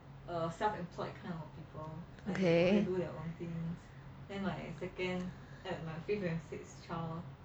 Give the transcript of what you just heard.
okay